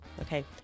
Okay